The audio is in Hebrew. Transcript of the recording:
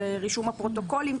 לרישום הפרוטוקולים.